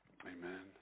amen